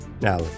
Now